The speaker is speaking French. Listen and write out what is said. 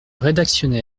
rédactionnel